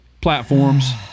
platforms